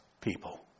people